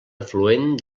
afluent